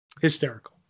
Hysterical